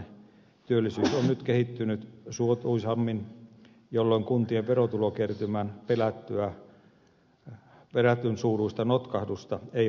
työllisyys on nyt kehittynyt suotuisammin jolloin kuntien verotulokertymän pelätyn suuruista notkahdusta ei ole toteutunut